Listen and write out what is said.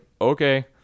okay